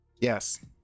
Yes